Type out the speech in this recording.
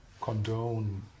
condone